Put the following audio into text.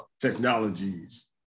technologies